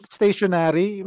stationary